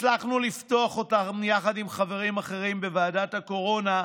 הצלחנו לפתוח אותם יחד עם חברים אחרים בוועדת הקורונה,